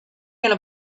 going